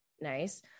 nice